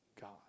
God